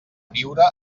viure